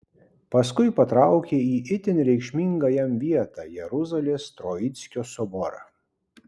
paskui patraukė į itin reikšmingą jam vietą jeruzalės troickio soborą